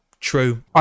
true